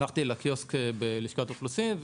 הלכתי לקיוסק בלשכת האוכלוסין,